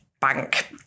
bank